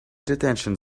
detention